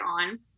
on